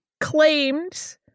claimed